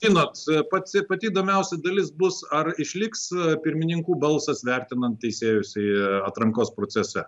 žinot pati pati įdomiausia dalis bus ar išliks pirmininkų balsas vertinant teisėjus į atrankos procese